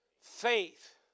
faith